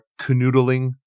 canoodling